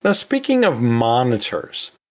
but speaking of monitors,